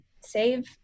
save